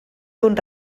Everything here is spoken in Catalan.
d’un